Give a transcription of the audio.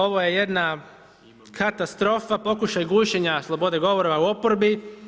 Ovo je jedna katastrofa, pokušaj gušenja slobode govora u oporbi.